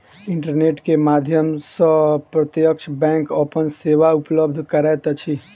internet के माध्यम सॅ प्रत्यक्ष बैंक अपन सेवा उपलब्ध करैत अछि